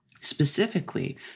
specifically